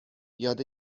یاد